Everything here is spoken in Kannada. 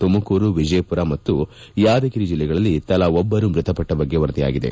ತುಮಕೂರು ವಿಜಯಪುರ ಮತ್ತು ಯಾದಗಿರಿ ಜಿಲ್ಲೆಗಳಲ್ಲಿ ತಲಾ ಒಬ್ಬರು ಮೃತಪಟ್ಟ ಬಗ್ಗೆ ವರದಿಯಾಗಿದೆ